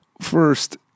First